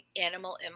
animal